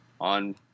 on